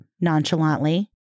nonchalantly